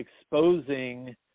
exposing